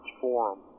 forum